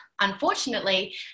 unfortunately